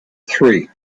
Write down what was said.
three